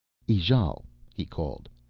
ijale, he called,